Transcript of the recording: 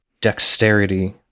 dexterity